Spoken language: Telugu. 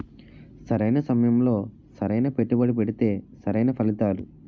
సరైన సమయంలో సరైన పెట్టుబడి పెడితే సరైన ఫలితాలు